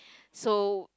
so